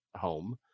home